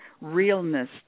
realness